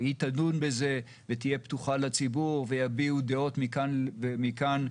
היא תדון בזה ותהיה פתוחה לציבור ויביעו דעות מכאן ומכאן,